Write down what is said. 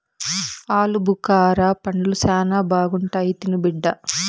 ఆలుబుకారా పండ్లు శానా బాగుంటాయి తిను బిడ్డ